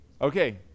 Okay